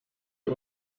ihr